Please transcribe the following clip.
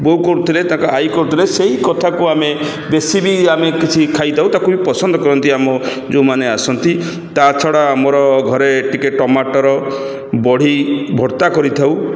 ବୋଉ କରୁଥିଲେ ତାଙ୍କ ଆଇ କରୁଥିଲେ ସେଇ କଥାକୁ ଆମେ ବେଶିବି ଆମେ କିଛି ଖାଇଥାଉ ତାକୁ ବି ପସନ୍ଦ କରନ୍ତି ଆମ ଯୋଉମାନେ ଆସନ୍ତି ତା ଛଡ଼ା ଆମର ଘରେ ଟିକେ ଟମାଟର ବଢ଼ି ଭର୍ତ୍ତା କରିଥାଉ